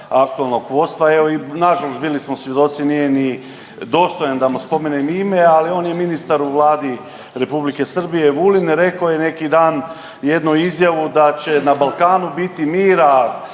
aktualnog vodstva evo i nažalost bili smo svjedoci nije ni dostojan da mu spomenem ime, ali on je ministar u vladi Republike Srbije Vulin rekao je neki dan jednu izjavu da će na Balkanu biti mira